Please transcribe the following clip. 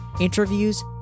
interviews